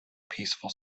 peaceful